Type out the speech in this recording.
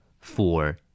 four